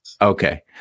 Okay